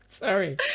Sorry